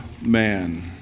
man